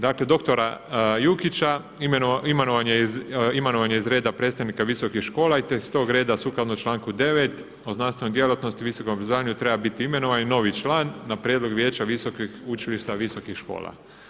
Dakle, doktora Jukića imenovan je iz reda predstavnika Visokih škola, te s tog reda sukladno članku 9. o znanstvenoj djelatnosti, visokom obrazovanju treba biti imenovan novi član na prijedlog Vijeća Visokih učilišta, Visokih škola.